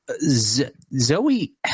Zoe